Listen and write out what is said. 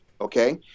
okay